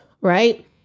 Right